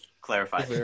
clarify